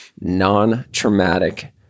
non-traumatic